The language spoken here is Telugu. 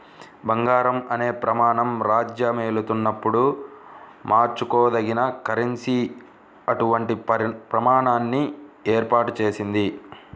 బంగారం అనే ప్రమాణం రాజ్యమేలుతున్నప్పుడు మార్చుకోదగిన కరెన్సీ అటువంటి ప్రమాణాన్ని ఏర్పాటు చేసింది